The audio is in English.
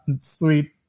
sweet